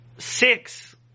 Six